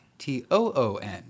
T-O-O-N